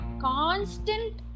constant